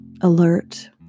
alert